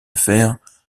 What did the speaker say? fer